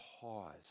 pause